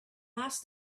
ask